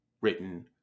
written